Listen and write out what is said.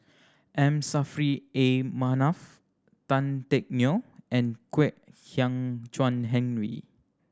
M Saffri A Manaf Tan Teck Neo and Kwek Hian Chuan Henry